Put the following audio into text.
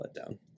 letdown